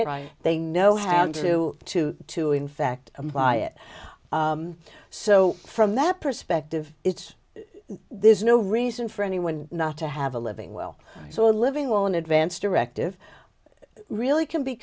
right they know how to to to in fact i'm by it so from that perspective it's there's no reason for anyone not to have a living will so a living will in advance directive really can be